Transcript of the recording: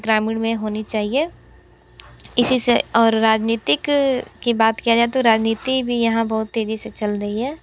ग्रामीण में होनी चाहिये इसी से और राजनीतिक कि बात किया जाए तो राजनीति भी यहाँ बहुत तेज़ी से चल रही है